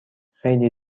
خیلی